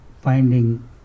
finding